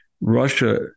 Russia